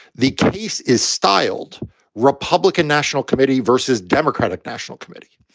the case is styled republican national committee versus democratic national committee.